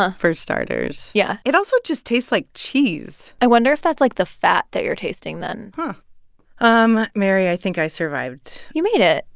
ah for starters yeah it also just tastes like cheese i wonder if that's, like, the fat that you're tasting then um um mary, i think i survived you made it,